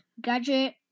gadget